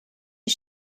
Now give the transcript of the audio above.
die